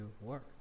work